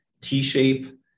T-shape